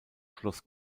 schloss